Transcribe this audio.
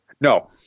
No